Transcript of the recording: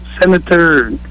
Senator